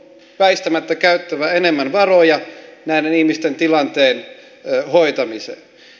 on väistämättä käytettävä enemmän varoja näiden ihmisten tilanteen hoitamiseen